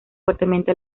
fuertemente